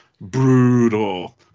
brutal